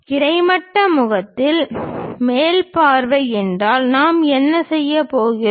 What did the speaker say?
கிடைமட்ட முகத்தின் மேல் பார்வை என்றால் நாம் என்ன செய்யப் போகிறோம்